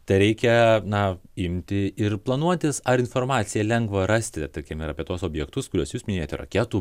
tereikia na imti ir planuotis ar informaciją lengva rasti tarkim ir apie tuos objektus kuriuos jūs minėjote raketų